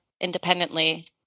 independently